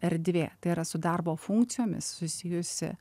erdvė tai yra su darbo funkcijomis susijusi